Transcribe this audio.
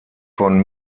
von